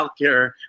healthcare